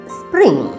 spring